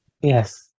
Yes